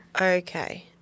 Okay